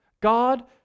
God